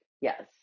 yes